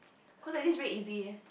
cause like this very easy leh